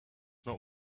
not